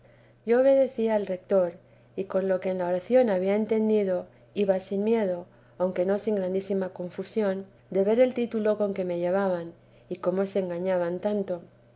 yo obedecí al retor y con lo que en la oración había entendido iba sin miedo aunque no sin grandísima confusión de ver el título con que me llevaban y cómo se engañaban tanto